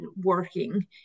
working